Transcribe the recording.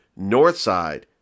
Northside